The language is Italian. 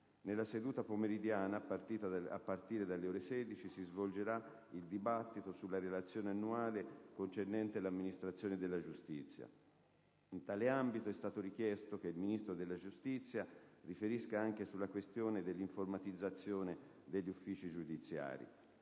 nella seduta pomeridiana, a partire dalle ore 16, si svolgerà il dibattito sulla relazione annuale concernente l'amministrazione della giustizia. In tale ambito è stato richiesto che il Ministro della giustizia riferisca anche sulla questione dell'informatizzazione degli uffici giudiziari.